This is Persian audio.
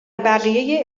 بقیه